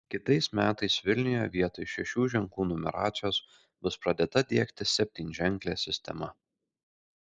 kitais metais vilniuje vietoj šešių ženklų numeracijos bus pradėta diegti septynženklė sistema